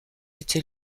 était